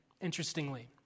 interestingly